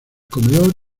comedor